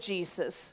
Jesus